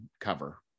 cover